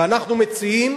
ואנחנו מציעים: